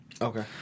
Okay